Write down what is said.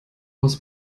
was